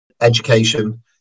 Education